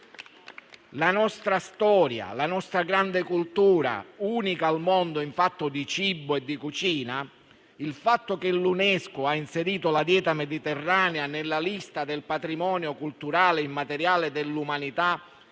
la nostra storia, la nostra grande cultura, unica al mondo in fatto di cibo e di cucina, il fatto che l'UNESCO abbia inserito la dieta mediterranea nella lista del patrimonio culturale immateriale dell'umanità,